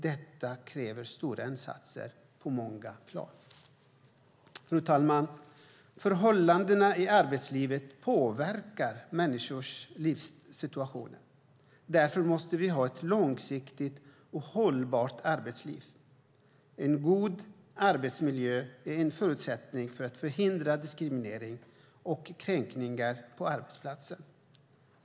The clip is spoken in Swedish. Detta kräver stora insatser på många plan. Fru talman! Förhållandena i arbetslivet påverkar människors livssituation. Därför måste vi ha ett långsiktigt och hållbart arbetsliv. En god arbetsmiljö är en förutsättning för att förhindra diskriminering och kränkningar på arbetsplatsen.